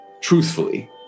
truthfully